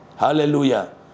Hallelujah